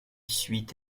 suit